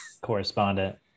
correspondent